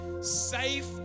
safe